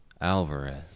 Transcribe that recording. Alvarez